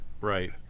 Right